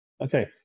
Okay